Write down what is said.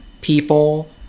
people